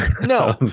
No